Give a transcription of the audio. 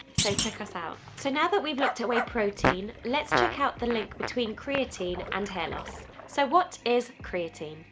so check us out so now that we've looked at whey protein, let's check out the link between creatine and hair loss so what is creatine.